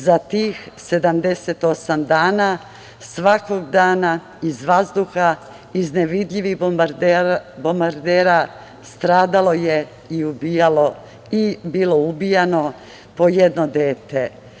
Za tih 78 dana svakog dana iz vazduha, iz nevidljivih bombardera stradalo je i bilo ubijano po jedno dete.